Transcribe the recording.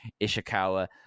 Ishikawa